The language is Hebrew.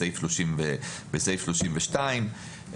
בסעיף 32,